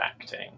acting